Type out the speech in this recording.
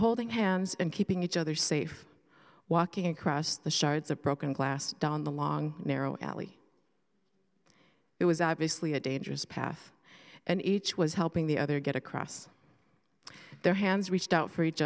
holding hands and keeping each other safe walking across the shards of broken glass down the long narrow alley it was obviously a dangerous path and each was helping the other get across their hands reached out for each